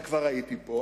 וכבר הייתי פה,